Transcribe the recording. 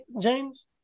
James